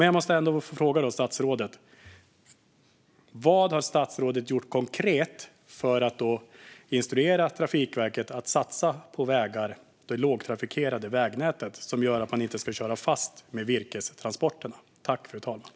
Jag måste fråga statsrådet: Vad har statsrådet gjort konkret för att instruera Trafikverket att satsa på vägar i det lågtrafikerade vägnätet så att virkestransporterna inte ska köra fast?